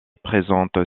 présente